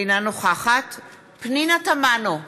אינה נוכחת פנינה תמנו,